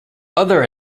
other